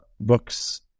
books